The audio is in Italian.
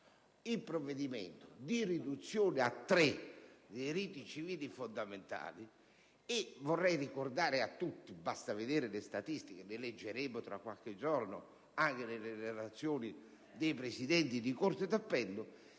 il provvedimento di riduzione a tre dei riti civili fondamentali. Ricordo - basta verificare le statistiche, che leggeremo tra qualche giorno anche nelle relazioni dei presidenti di corte d'appello